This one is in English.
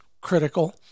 critical